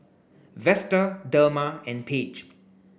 Vester Delma and Paige